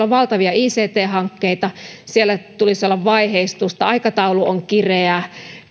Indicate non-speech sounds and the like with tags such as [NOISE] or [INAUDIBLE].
[UNINTELLIGIBLE] on valtavia ict hankkeita siellä tulisi olla vaiheistusta aikataulu on kireä